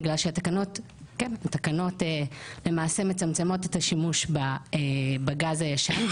בגלל שהתקנות מצמצמות את השימוש בגז הישן,